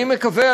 אני מקווה,